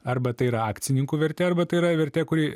arba tai yra akcininkų vertė arba tai yra vertė kuri